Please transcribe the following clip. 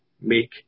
make